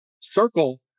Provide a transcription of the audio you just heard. circle